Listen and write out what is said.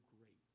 great